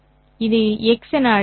இதை x என அழைக்கலாம்